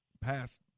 past